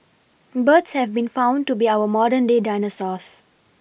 birds have been found to be our modern day dinosaurs